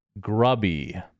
Grubby